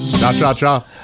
cha-cha-cha